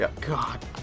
God